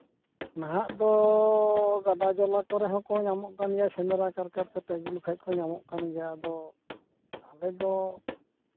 ᱱᱟᱦᱟᱜ ᱫᱚ ᱜᱟᱰᱟ ᱡᱟᱞᱟ ᱠᱚᱨᱮ ᱦᱚᱸᱠᱚ ᱧᱟᱢᱚᱜ ᱠᱟᱱ ᱜᱮᱭᱟ ᱥᱮᱸᱫᱽᱨᱟ ᱠᱟᱨᱠᱟ ᱠᱟᱛᱮ ᱟᱹᱜᱩ ᱞᱮᱠᱚ ᱠᱷᱟᱡ ᱠᱚ ᱧᱟᱢᱚᱜ ᱠᱟᱱ ᱜᱮᱭᱟ ᱟᱫᱚ ᱟᱞᱮ ᱫᱚ